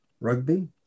rugby